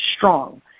strong